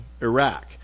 Iraq